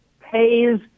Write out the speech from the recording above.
pays